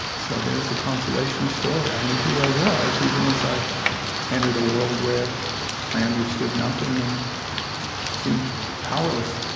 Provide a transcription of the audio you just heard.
so there's the consolation of story. i knew who i was, even as i entered a world where i understood nothing and seemed powerless